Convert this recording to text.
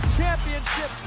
championship